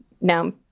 now